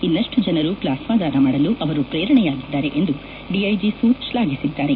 ಇನ್ನಷ್ಟು ಜನರು ಪ್ಲಾಸ್ಮಾದಾನ ಮಾಡಲು ಅವರು ಪ್ರೇರಣೆಯಾಗಿದ್ದಾರೆ ಎಂದು ಡಿಐಜಿ ಸೊದ್ ಶ್ಲಾಘಿಸಿದ್ದಾರೆ